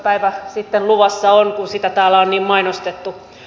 päivä sitten luvassa on kun sitä täällä on niin mainostettu